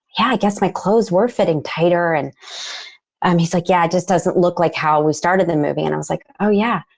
yeah, i guess my clothes were fitting tighter and um he's like, yeah, it just doesn't look like how we started the movie. and i was like, oh yeah.